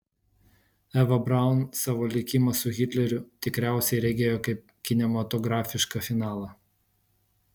eva braun savo likimą su hitleriu tikriausiai regėjo kaip kinematografišką finalą